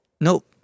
Nope